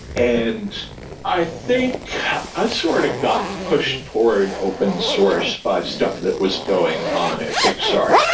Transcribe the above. and i think i sort of got pushed toward open source by stuff that was going on at pixar.